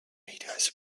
readers